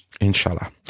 Inshallah